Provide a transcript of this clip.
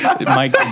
Mike